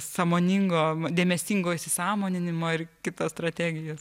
sąmoningo dėmesingo įsisąmoninimo ir kitos strategijos